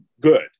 good